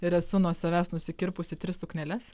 ir esu nuo savęs nusikirpusi tris sukneles